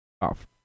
off